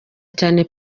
cyane